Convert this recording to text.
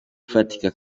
ifatika